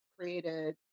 created